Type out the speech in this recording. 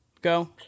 Go